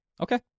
Okay